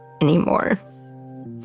anymore